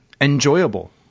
enjoyable